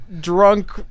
drunk